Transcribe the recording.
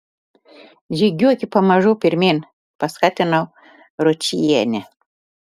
žygiuoki pamažu pirmyn paskatinau ročienę